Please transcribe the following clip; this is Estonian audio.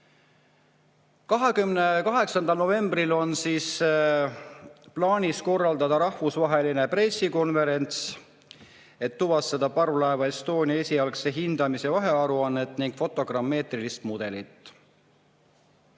28. novembril on plaanis korraldada rahvusvaheline pressikonverents, et tutvustada parvlaeva Estonia esialgse hindamise vahearuannet ning fotogrammeetrilist mudelit.